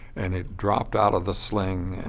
and it dropped out of the sling.